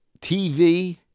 TV